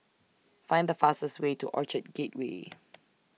Find The fastest Way to Orchard Gateway